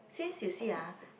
since you see ah